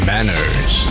Manners